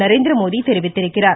நரேந்திரமோடி தெரிவித்திருக்கிறார்